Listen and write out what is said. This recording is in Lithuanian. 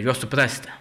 juos suprasti